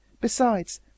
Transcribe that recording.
Besides